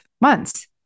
months